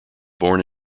born